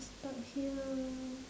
stuck here